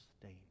stain